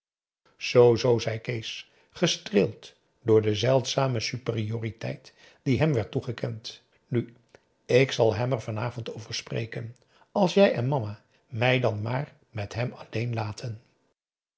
zoo zoo zei kees gestreeld door de zeldzame superioriteit die hem werd toegekend nu ik zal hem er van avond over spreken als jij en mama mij dan maar met hem alleen laten